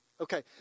Okay